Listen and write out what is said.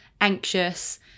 anxious